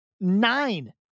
nine